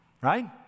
right